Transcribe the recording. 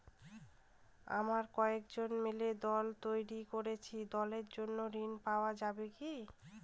আমরা কয়েকজন মিলে দল তৈরি করেছি দলের জন্য ঋণ পাওয়া যাবে কি?